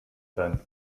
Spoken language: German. sein